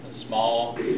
small